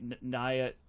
Naya